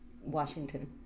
Washington